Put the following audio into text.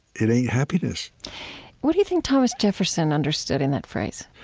it ain't happiness what do you think thomas jefferson understood in that phrase?